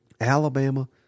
Alabama